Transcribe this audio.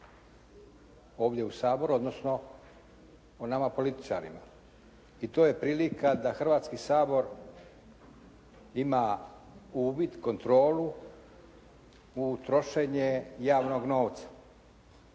ovdje u saboru, odnosno o nama političarima i to je prilika da Hrvatski sabor ima uvid, kontrolu u trošenje javnog novca